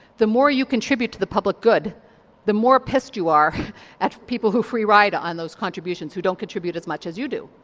the more you contribute to the public good the more pissed you are at people who free-ride on those contributions, who don't contribute as much as you do.